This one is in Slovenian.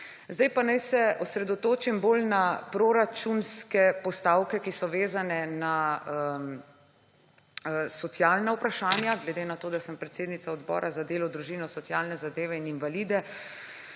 Zdaj pa naj se bolj osredotočim na proračunske postavke, ki so vezane na socialna vprašanja, glede na to, da sem predsednica Odbora za delo, družino, socialne zadeve in invalide.